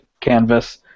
canvas